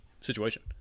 situation